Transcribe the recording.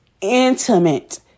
intimate